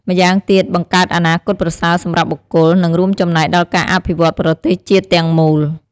ម្យ៉ាងទៀត បង្កើតអនាគតប្រសើរសម្រាប់បុគ្គល និងរួមចំណែកដល់ការអភិវឌ្ឍន៍ប្រទេសជាតិទាំងមូល។